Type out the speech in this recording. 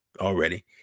already